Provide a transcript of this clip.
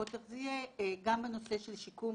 ולראות איך זה יהיה גם בנושא של שיקום,